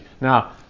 Now